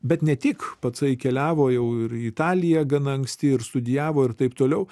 bet ne tik pacai keliavo jau ir į italiją gana anksti ir studijavo ir taip toliau